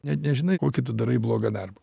net nežinai kokį tu darai blogą darbą